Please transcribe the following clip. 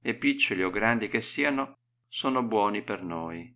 e piccioli o grandi che siano sono buoni per noi